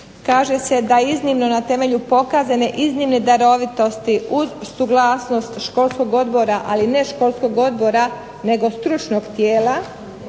kaže se da iznimno na temelju pokazane iznimne darovitosti uz suglasnost školskog odbora, ali ne školskog odbora nego stručnog tijela,